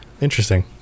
interesting